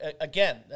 again